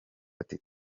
ati